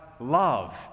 love